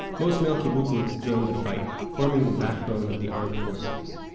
most male kibbutzniks joined the fight, forming the backbone of the armed forces.